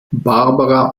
barbara